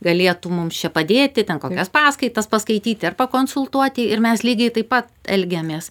galėtų mums čia padėti ten kokias paskaitas paskaityti ar pakonsultuoti ir mes lygiai taip pat elgiamės